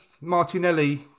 Martinelli